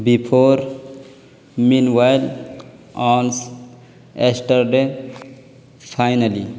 before mean while owns yesterday finally